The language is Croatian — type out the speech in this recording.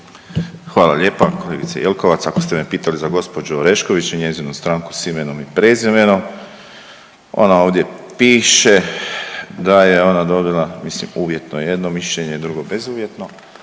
Hvala lijepa. Kolegice Jelkovac ako ste me pitali za gospođu Orešković i njezinu stranku S imenom i prezimenom, ona ovdje piše da je ona dobila mislimo uvjetno jedno mišljenje, drugo bezuvjetno.